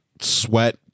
sweat